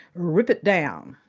rip it down,